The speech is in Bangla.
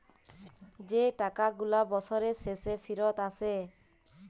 যে টাকা গুলা বসরের শেষে ফিরত আসে